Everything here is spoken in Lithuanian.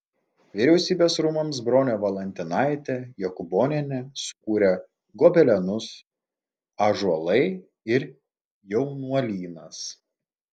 vyriausybės rūmams bronė valantinaitė jokūbonienė sukūrė gobelenus ąžuolai ir jaunuolynas